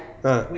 ah